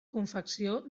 confecció